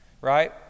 right